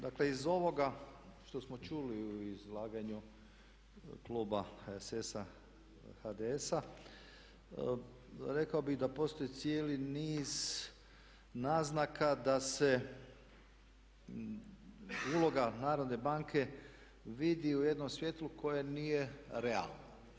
Dakle iz ovoga što smo čuli u izlaganju kluba HSS-a rekao bih da postoji cijeli niz naznaka da se uloga Narodne banke vidi u jednom svjetlu koje nije realno.